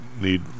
need